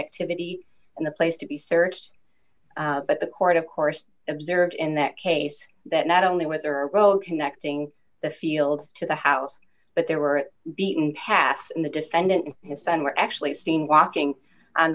activity and the place to be searched but the court of course observed in that case that not only with her role connecting the field to the house but they were beaten path in the defendant and his son were actually seen walking on